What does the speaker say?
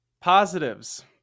Positives